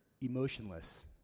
emotionless